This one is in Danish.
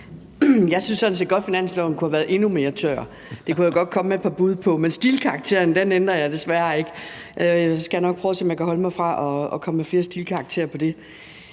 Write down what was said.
Jeg synes sådan set godt, at forslaget til finanslov kunne have været endnu mere tør – det kunne jeg godt komme med et par bud på. Men stilkarakteren ændrer jeg desværre ikke – jeg skal nok prøve at se, om jeg kan afholde mig fra at komme med flere stilkarakterer på det.